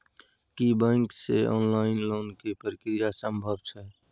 की bank से online loan के प्रक्रिया संभव छै?